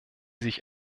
sich